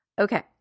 Okay